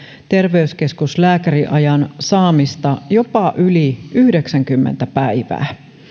terveyskeskuslääkäriajan saamista jopa yli yhdeksänkymmentä päivää